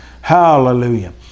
Hallelujah